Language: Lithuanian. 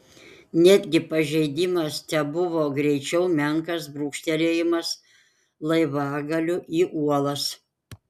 netgi pažeidimas tebuvo greičiau menkas brūkštelėjimas laivagaliu į uolas